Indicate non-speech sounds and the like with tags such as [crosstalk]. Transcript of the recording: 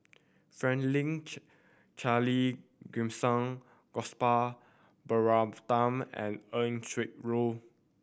Franklin Charle Gimson Gopal Baratham and Eng [unintelligible] Loy